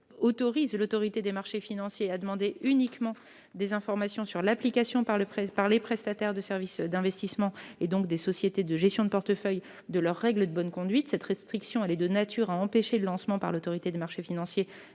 autorise l'Autorité des marchés financiers à demander uniquement des informations sur l'application par les prestataires de services d'investissement, et donc des sociétés de gestion de portefeuille, de leurs règles de bonne conduite. Cette restriction est de nature à empêcher le lancement par l'Autorité des marchés financiers